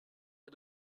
est